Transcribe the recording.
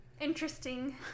Interesting